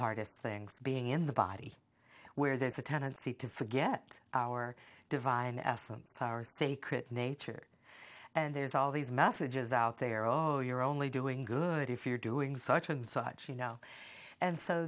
hardest things being in the body where there's a tendency to forget our divine essence our sacred nature and there's all these messages out there oh you're only doing good if you're doing such and such you know and so